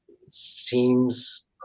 seems